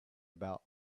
about